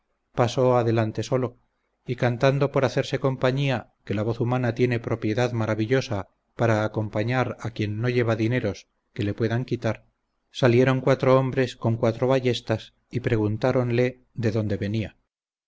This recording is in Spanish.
pasó adelante solo y cantando por hacerse compañía que la voz humana tiene propiedad maravillosa para acompañar a quien no lleva dineros que le puedan quitar salieron cuatro hombres con cuatro ballestas y preguntáronle de dónde venia